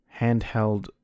handheld